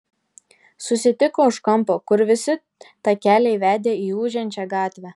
susitiko už kampo kur visi takeliai vedė į ūžiančią gatvę